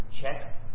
check